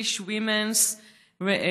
Jewish Women's Renaissance